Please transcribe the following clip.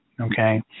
Okay